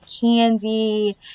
candy